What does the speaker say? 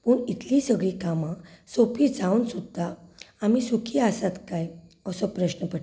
पूण इतलीं सगलीं कामां सोंपीं जावन सुद्दां आमी सुखी आसात काय असो प्रश्न पडटा